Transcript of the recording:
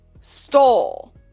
stole